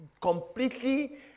completely